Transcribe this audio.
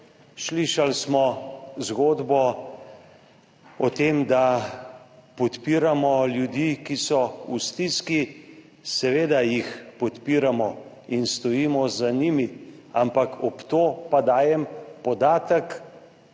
Slišali smo zgodbo o tem, da podpiramo ljudi, ki so v stiski. Seveda jih podpiramo in stojimo za njimi, ampak ob to pa dajem podatek